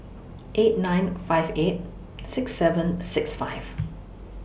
eight nine five eight six seven six five